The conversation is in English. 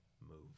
move